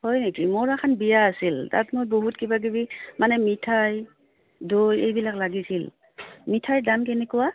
হয় নেকি মোৰ এখন বিয়া আছিল তাত মই বহুত কিবা কিবি মানে মিঠাই দৈ এইবিলাক লাগিছিল মিঠাইৰ দাম কেনেকুৱা